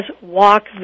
walk